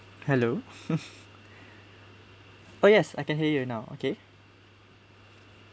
hello oh yes I can hear you now okay